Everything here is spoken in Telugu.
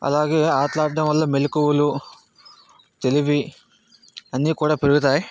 అలాగే ఆటలు ఆడటం వలన మెళకువలు తెలివి అన్నీ కూడా పెరుగుతాయి